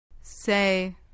Say